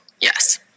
Yes